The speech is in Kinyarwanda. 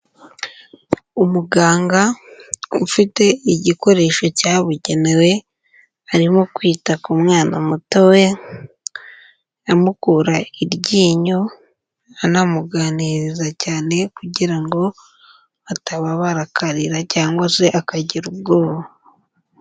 Umuganga ufite igikoresho cyabugenewe arimo kwita ku mwana mutoya, amukura iryinyo anamuganiriza cyane kugira ngo atababara akarira cyangwa se akagira ubwoba.